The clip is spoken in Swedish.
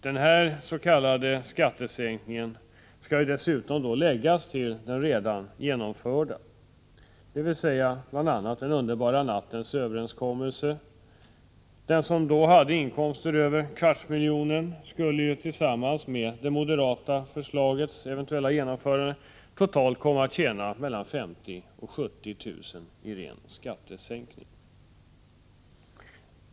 Denna s.k. skattesänkning skall dessutom läggas till den redan genomförda, dvs. den s.k. underbara nattens överenskommelse. Den som då hade inkomster över denna kvartsmiljon per år skulle med det moderata förslagets eventuella genomförande komma att tjäna totalt mellan 50 000 och 70 000 kr. enbart till följd av skattesänkningen.